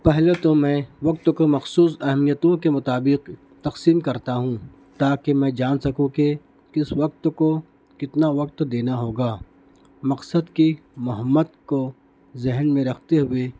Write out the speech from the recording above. پہلے تو میں وقت کو مخصوص اہمیتوں کے مطابق تقسیم کرتا ہوں تاکہ میں جان سکوں کہ کس وقت کو کتنا وقت دینا ہوگا مقصد کی مہمت کو ذہن میں رکھتے ہوئے